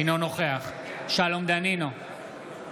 אינו נוכח שלום דנינו,